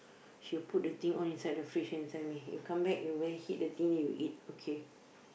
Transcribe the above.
she will put the thing all inside the fridge and tell me you come back you go and heat the thing and you eat okay